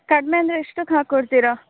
ಕಡಿಮೆ ಅಂದರೆ ಎಷ್ಟಕ್ಕೆ ಹಾಕಿ ಕೊಡ್ತೀರಾ